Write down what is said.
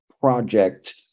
project